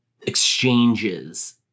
exchanges